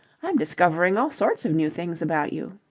i'm discovering all sorts of new things about you.